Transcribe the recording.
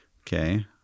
Okay